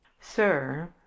sir